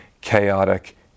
chaotic